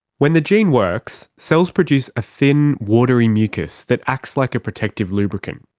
when the gene works, cells produce a thin watery mucus that acts like a protective lubricant.